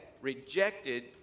rejected